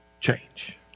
Change